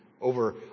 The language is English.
over